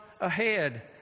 ahead